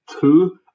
Two